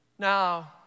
Now